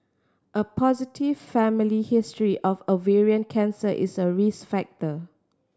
a positive family history of ovarian cancer is a risk factor